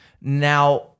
Now